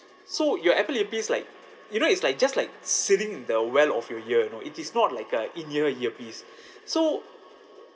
so your apple earpiece like you know it's like just like sitting in the well of your ear you know it is not like a in-ear earpiece so